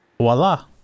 voila